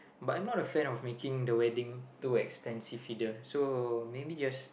but I'm not a fan of making the wedding too expensive either so maybe just